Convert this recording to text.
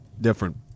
different